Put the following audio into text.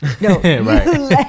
No